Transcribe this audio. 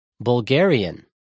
Bulgarian